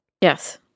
Yes